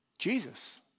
Jesus